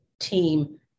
team